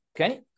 Okay